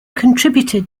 contributed